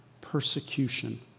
persecution